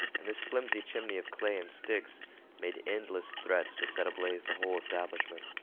and this flimsy chimney of clay and sticks made endless threats to set ablaze the whole establishment.